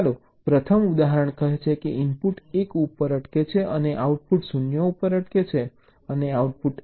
ચાલો પ્રથમ ઉદાહરણ કહે છે કે ઇનપુટ 1 ઉપર અટકે છે અને આઉટપુટ 0 ઉપર અટકે છે અને આઉટપુટ AND ગેટમાં 0 ઉપર અટકે છે